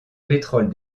pétrole